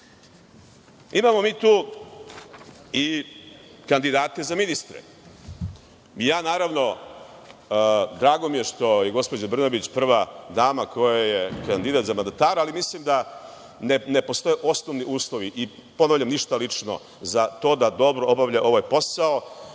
mi tu i kandidate za ministre. Naravno, drago mi je što je gospođa Brnabić prva dama koja je kandidat za mandatara, ali mislim da ne postoje osnovni uslovi, i ponavljam, ništa lično za to da dobro obavlja svoj posao,